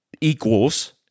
equals